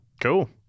Cool